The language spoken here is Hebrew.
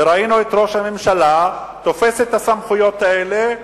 וראינו את ראש הממשלה תופס את הסמכויות האלה,